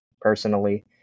personally